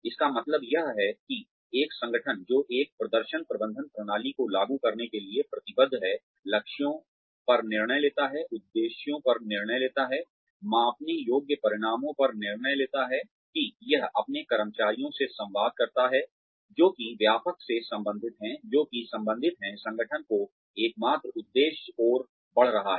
इसका मतलब यह है कि एक संगठन जो एक प्रदर्शन प्रबंधन प्रणाली को लागू करने के लिए प्रतिबद्ध है लक्ष्यों पर निर्णय लेता है उद्देश्यों पर निर्णय लेता है मापने योग्य परिणामों पर निर्णय लेता है कि यह अपने कर्मचारियों से संवाद करता है जो कि व्यापक से संबंधित हैं जो कि संबंधित हैं संगठन को एकमात्र उद्देश्य ओर बढ़ रहा है